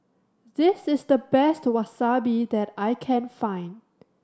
this is the best Wasabi that I can find